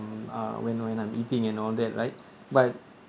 mm uh when I'm eating and all that right but